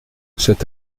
cet